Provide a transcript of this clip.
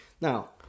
Now